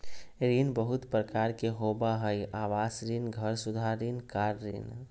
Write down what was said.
ऋण बहुत प्रकार के होबा हइ आवास ऋण, घर सुधार ऋण, कार ऋण